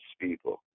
people